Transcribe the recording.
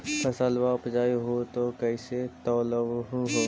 फसलबा उपजाऊ हू तो कैसे तौउलब हो?